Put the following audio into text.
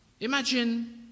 Imagine